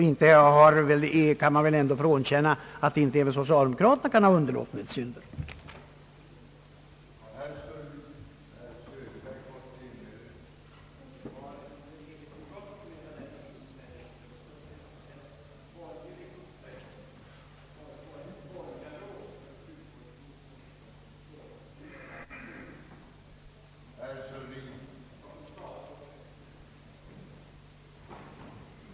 Man kan väl därför inte förneka att även socialdemokrater kan ha underlåtenhetssynder på sitt samvete.